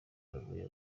bavuye